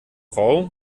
frau